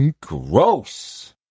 Gross